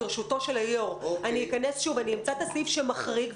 ברשותו של היו"ר את הסעיף שמחריג,